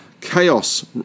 chaos